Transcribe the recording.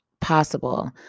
possible